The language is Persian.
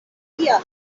بیاد